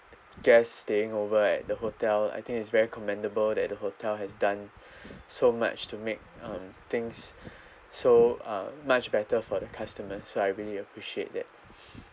guests staying over at the hotel I think is very commendable that the hotel has done so much to make um things so uh much better for the customers so I really appreciate that